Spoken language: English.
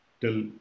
till